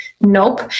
Nope